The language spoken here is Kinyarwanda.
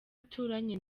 aturanye